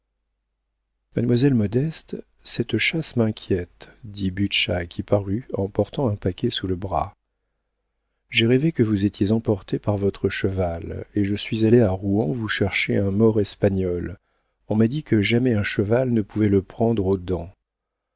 mademoiselle modeste cette chasse m'inquiète dit butscha qui parut en portant un paquet sous le bras j'ai rêvé que vous étiez emportée par votre cheval et je suis allé à rouen vous chercher un mors espagnol on m'a dit que jamais un cheval ne pouvait le prendre aux dents